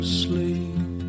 sleep